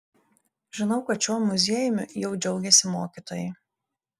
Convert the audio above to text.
žinau kad šiuo muziejumi jau džiaugiasi mokytojai